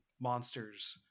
monsters